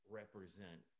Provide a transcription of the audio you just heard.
represent